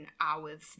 hours